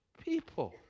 people